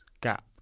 gap